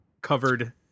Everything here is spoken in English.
covered